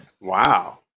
Wow